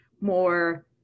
more